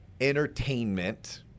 entertainment